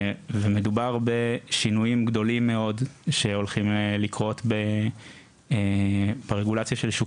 ומדובר בשינויים גדולים מאוד שהולכים לקרות ברגולציה של שוק